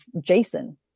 jason